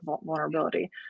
vulnerability